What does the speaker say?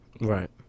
Right